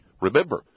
Remember